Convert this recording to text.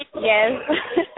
Yes